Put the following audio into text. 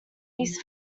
these